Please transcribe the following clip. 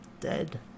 dead